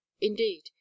Indeed